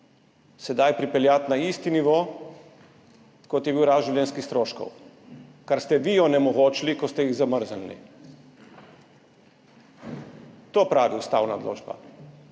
sedaj pripeljati na isti nivo, kot je bila rast življenjskih stroškov, kar ste vi onemogočili, ko ste jih zamrznili. To pravi ustavna odločba.